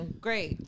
great